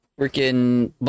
freaking